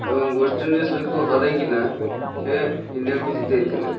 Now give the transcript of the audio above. ଏବଂ ୱେଷ୍ଟୱେଣ୍ଡିଜକୁ ହରେଇକିନା ସେ ଇଣ୍ଡିଆକୁ ଜିତେଇଥିଲେ